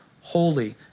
holy